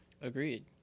agreed